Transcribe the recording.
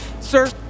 sir